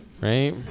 right